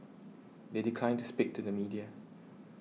they declined to speak to the media